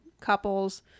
Couples